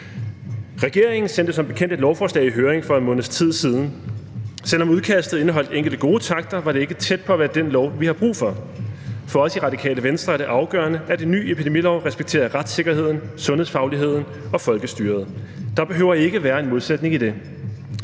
Regeringen sendte som bekendt et lovforslag i høring for en måneds tid siden. Selv om udkastet indeholdt enkelte gode takter, var det ikke tæt på at være den lov, vi har brug for. For os i Radikale Venstre er det afgørende, at en ny epidemilov respekterer retssikkerheden, sundhedsfagligheden og folkestyret. Der behøver ikke være en modsætning i det.